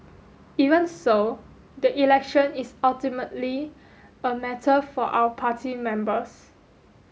even so the election is ultimately a matter for our party members